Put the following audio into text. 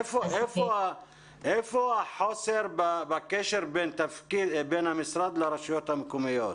איפה החוסר בקשר בין המשרד לרשויות המקומיות?